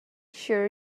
sure